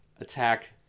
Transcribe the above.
Attack